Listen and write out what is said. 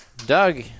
Doug